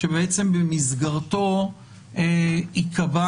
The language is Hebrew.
שבמסגרתו ייקבע